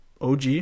OG